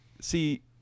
See